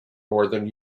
northern